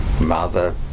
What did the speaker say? Mother